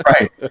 Right